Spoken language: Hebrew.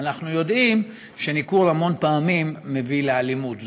אנחנו יודעים שניכור המון פעמים מביא לאלימות.